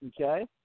okay